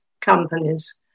companies